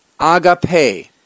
Agape